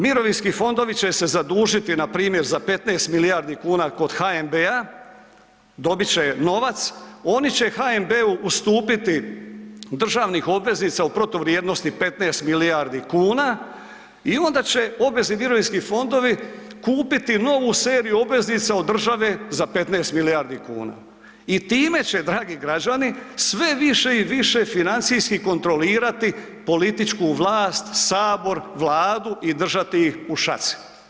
Mirovinski fondovi će se zadužiti npr. za 15 milijardi kuna kod HNB-a, dobit će novac, oni će HNB-u ustupiti državnih obveznica u protuvrijednosti 15 milijardi kuna i onda će obvezni mirovinski fondovi kupiti novu seriju obveznica od države za 15 milijardi kuna i time će dragi građani sve više i više financijski kontrolirati političku vlast, Sabor, Vladu i držati ih u šaci.